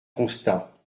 constat